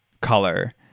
color